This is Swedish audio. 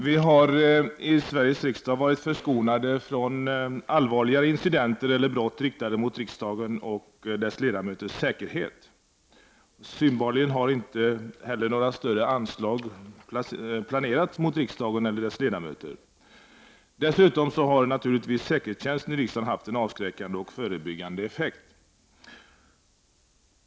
Herr talman! Vi har i Sveriges riksdag varit förskonade från allvarligare incidenter eller brott riktade mot riksdagen och dess ledamöters säkerhet. Synbarligen har inte heller några större anslag planerats mot riksdagen eller dess ledamöter. Dessutom har naturligtvis säkerhetstjänsten i riksdagen haft en avskräckande och förebyggande effekt.